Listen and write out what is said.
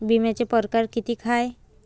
बिम्याचे परकार कितीक हाय?